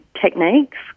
techniques